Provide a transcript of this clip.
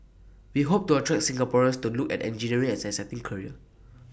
we hope to attract Singaporeans to look at engineering as an exciting career